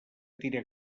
tira